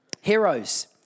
Heroes